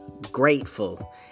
grateful